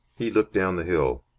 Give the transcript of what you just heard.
he looked down the hill.